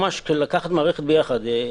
לקחנו את המערכת ביחד,